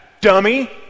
dummy